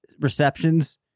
receptions